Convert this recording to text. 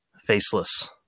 faceless